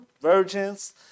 virgins